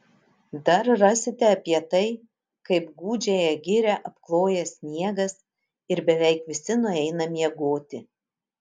dar rasite apie tai kaip gūdžiąją girią apkloja sniegas ir beveik visi nueina miegoti